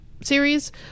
series